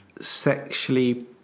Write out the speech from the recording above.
sexually